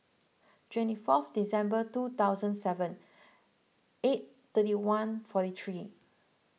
twenty fourth December two thousand seven eight thirty one forty three